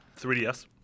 3DS